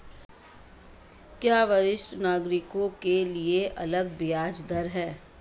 क्या वरिष्ठ नागरिकों के लिए अलग ब्याज दर है?